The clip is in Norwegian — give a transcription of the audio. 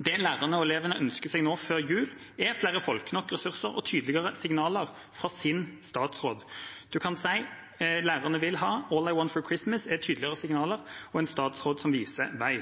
Det lærerne og elevene ønsker seg nå før jul, er flere folk, nok ressurser og tydeligere signaler fra sin statsråd. Man kan si at det lærerne vil ha – «All I want for Christmas» – er tydeligere signaler og en statsråd som viser vei.